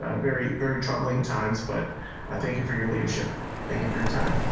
ah very very troubling times but i thank you for your leadership thank you for your time.